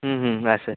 ହୁଁ ହୁଁ ଆସେ